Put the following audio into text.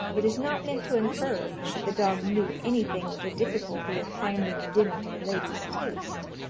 it is not meant to infer that the dog knew anything of the difficulty of finding a dinner to the lady's taste,